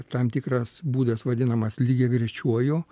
tam tikras būdas vadinamas lygiagrečiuoju